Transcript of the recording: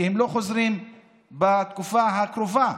כי הם לא חוזרים בתקופה הקרובה.